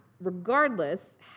Regardless